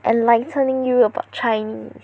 enlightening you about Chinese